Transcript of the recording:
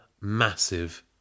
massive